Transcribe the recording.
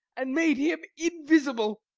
and made him invisible.